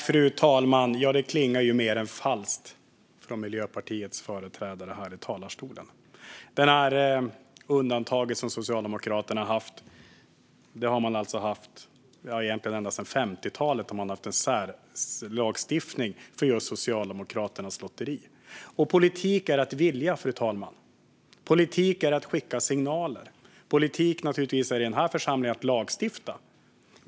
Fru talman! Det klingar mer än falskt från Miljöpartiets företrädare här i talarstolen. Socialdemokraterna har, egentligen ända sedan 50-talet, haft ett undantag och en särlagstiftning för sitt lotteri. Politik är att vilja, fru talman, och att skicka signaler. Politik är naturligtvis, i den här församlingen, att lagstifta.